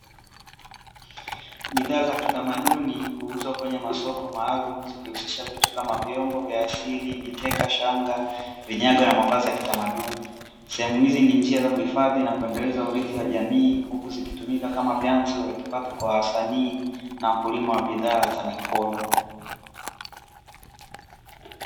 Bidhaa za kitamaduni huuzwa kwenye masoko maalumu, zikihusisha vitu kama vyombo vya asili, mikeka, shanga, vinyago na mavazi ya kitamaduni. Sehemu hizi ni njia za kuhifadhi na kuendeleza urithi wa jamii, huku zikitumika kama vyanzo vya kipato kwa wasanii, na wakulima wa bidhaa za mikono.